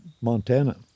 Montana